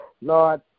Lord